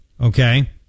Okay